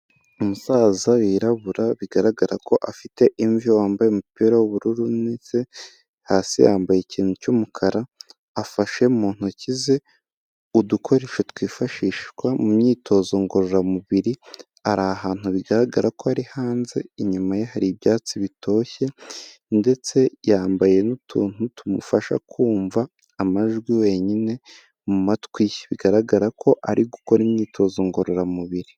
Umusaza wirabura bigaragara ko afite imvi, wambaye umupira w'ubururu ndetse hasi yambaye ikintu cy'umukara. Afashe mu ntoki ze udukoresho twifashishwa mu myitozo ngororamubiri, ari ahantu bigaragara ko ari hanze. Inyuma ye hari ibyatsi bitoshye, ndetse yambaye n'utuntu tumufasha kumva amajwi wenyine mu matwi ye. Bigaragara ko ari gukora imyitozo ngororamubiri.